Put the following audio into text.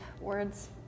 Words